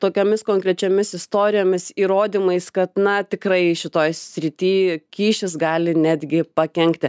tokiomis konkrečiomis istorijomis įrodymais kad na tikrai šitoj srity kyšis gali netgi pakenkti